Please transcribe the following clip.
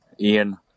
Ian